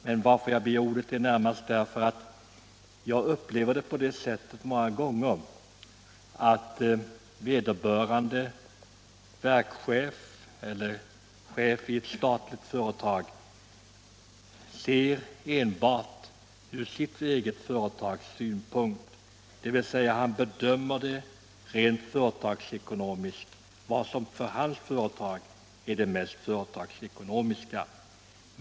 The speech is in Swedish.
Jag har begärt ordet närmast därför att jag många gånger upplever det så att vederbörande verkschef — eller chef i ett statligt företag — ser saker och ting enbart ur sitt eget företags synpunkt, dvs. han bedömer rent företagsekonomiskt vad som för hans företag är det mest ekonomiska.